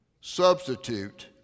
substitute